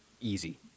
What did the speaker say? Easy